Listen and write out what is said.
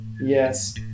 Yes